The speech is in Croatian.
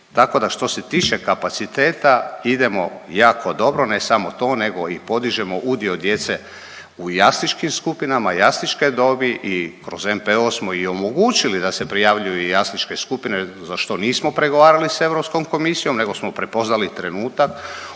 što se tiče kapaciteta idemo jako dobro, ne samo to nego i podižemo udio djece u jasličkim skupinama jasličke dobi i kroz NPO smo i omogućili da se prijavljuju jasličke skupine za što nismo pregovarali s Europskom komisijom nego smo prepoznali trenutak,